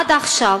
עד עכשיו,